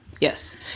yes